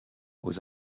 aux